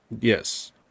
yes